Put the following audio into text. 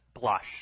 blush